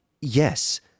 yes